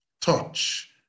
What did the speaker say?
Touch